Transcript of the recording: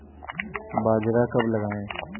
बाजरा कब लगाएँ?